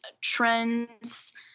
trends